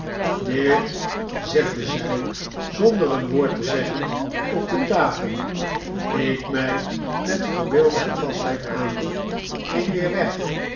dit zette zij zonder een woord te zeggen op de tafel keek mij met voorbeeldige vastheid aan ging weer weg